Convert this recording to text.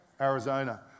Arizona